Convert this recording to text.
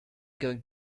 going